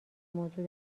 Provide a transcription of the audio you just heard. موضوع